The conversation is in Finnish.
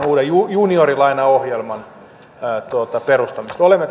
olemme tätä odottaneet